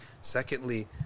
Secondly